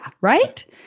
right